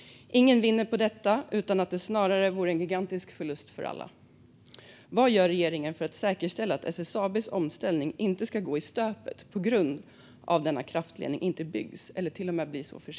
Ingen vinner på detta, utan det vore snarare en gigantisk förlust för alla. Vad gör regeringen för att säkerställa att SSAB:s omställning inte går i stöpet på grund av att denna kraftledning blir försenad eller inte byggs?